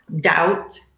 doubt